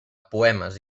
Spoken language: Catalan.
poemes